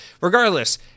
Regardless